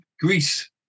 greece